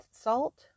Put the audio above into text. salt